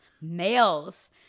males